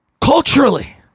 culturally